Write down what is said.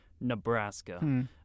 Nebraska